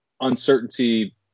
uncertainty